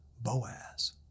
Boaz